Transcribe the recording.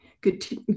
good